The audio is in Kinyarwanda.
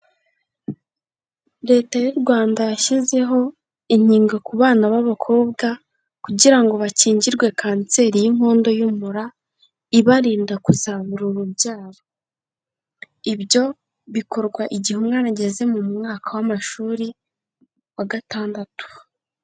Leta y'u Rwanda yashyizeho inkingo ku bana b'abakobwa kugira ngo bakingirwe kanseri y'inkondo y'umura ibarinda kuzabura urubyaro, ibyo bikorwa igihe umwana ageze mu mwaka w'amashuri wa gatandatu.